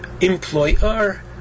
employer